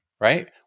Right